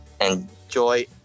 Enjoy